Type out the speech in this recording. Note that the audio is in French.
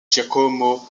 giacomo